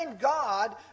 God